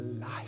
life